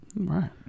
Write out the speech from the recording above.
Right